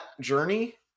journey